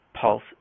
pulse